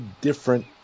different